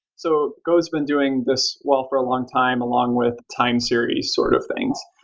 so go has been doing this well for a long time along with time series sort of things.